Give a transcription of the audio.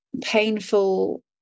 painful